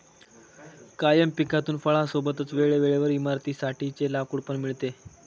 कायम पिकातून फळां सोबतच वेळे वेळेवर इमारतीं साठी चे लाकूड पण मिळते